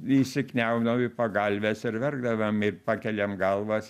įsikniaubdavom į pagalves ir verkdavom ir pakeliam galvas